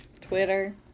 Twitter